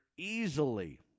Easily